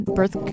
birth